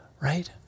right